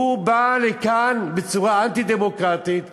הוא בא לכאן בצורה אנטי-דמוקרטית ואומר: